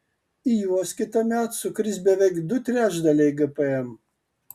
į juos kitąmet sukris beveik du trečdaliai gpm